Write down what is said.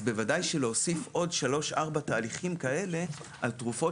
אז בוודאי שלהוסיף עוד שלושה-ארבעה תהליכים כאלה על תרופות